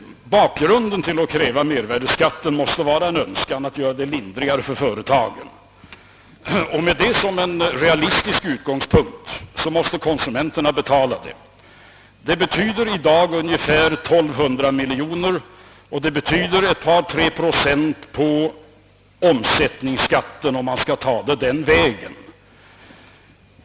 Bakgrunden till kravet på mervärdeskatt måste vara en önskan att göra det lindrigare för företagen, och med detta som en realistisk utgångspunkt måste konsumenterna betala. Detta betyder i dag ungefär 1200 miljoner och ett par, tre procent på omsättningsskatten, om det skall tas den vägen.